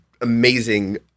amazing